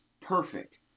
perfect